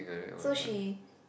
so she